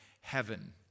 Heaven